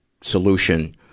solution